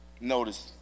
notice